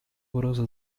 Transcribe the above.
угроза